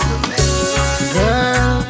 girl